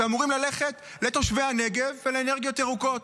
שאמורים ללכת לתושבי הנגב ולאנרגיות ירוקות.